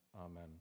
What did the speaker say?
Amen